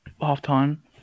half-time